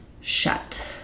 shut